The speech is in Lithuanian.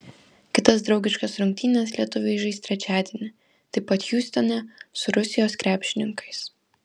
kitas draugiškas rungtynes lietuviai žais trečiadienį taip pat hjustone su rusijos krepšininkais